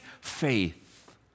faith